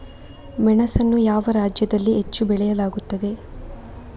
ಮೆಣಸನ್ನು ಯಾವ ರಾಜ್ಯದಲ್ಲಿ ಹೆಚ್ಚು ಬೆಳೆಯಲಾಗುತ್ತದೆ?